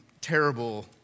terrible